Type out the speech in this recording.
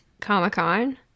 Comic-Con